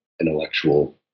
Intellectual